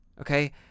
okay